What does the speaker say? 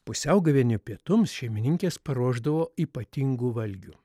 pusiaugavėny pietums šeimininkės paruošdavo ypatingų valgių